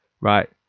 right